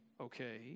okay